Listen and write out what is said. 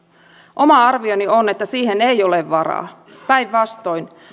oma arvioni on että siihen ei ole varaa päinvastoin